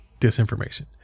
disinformation